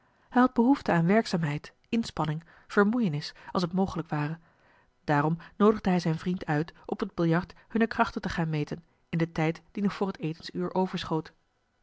hij had behoefte aan werkzaamheid inspanning vermoeienis als t mogelijk ware daarom noodigde hij zijn vriend uit op het biljart hunne krachten te gaan meten in den tijd die nog voor het etensuur overschoot